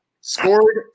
scored